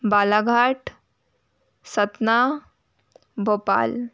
Balaghat Satna Bhopal